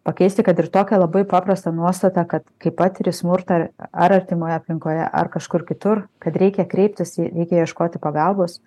pakeisti kad ir tokią labai paprastą nuostatą kad kai patiri smurtą ar artimoje aplinkoje ar kažkur kitur kad reikia kreiptis į reikia ieškoti pagalbos